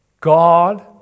God